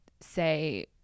say